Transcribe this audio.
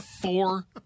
Four